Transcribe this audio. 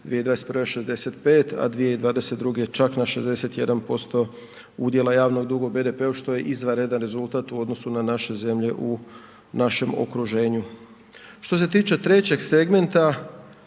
2021. 65%, a 2022. čak na 61% udjela javnog duga u BDP-u što je izvanredan rezultat u odnosu na naše zemlje u našem okruženju. Što se tiče trećeg segmenta,